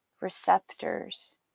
receptors